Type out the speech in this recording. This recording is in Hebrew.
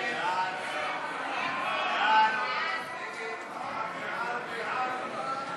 ההצעה להסיר מסדר-היום את הצעת חוק חינוך לבריאות התלמיד,